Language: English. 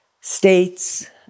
states